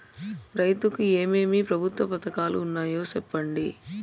రైతుకు ఏమేమి ప్రభుత్వ పథకాలు ఉన్నాయో సెప్పండి?